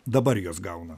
dabar juos gauna